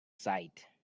side